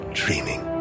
dreaming